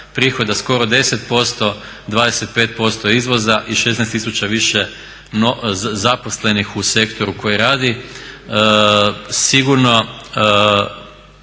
prihoda skoro 10%, 25% je izvoza i 16 tisuća više zaposlenih u sektoru koji radi. Sigurno